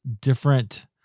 different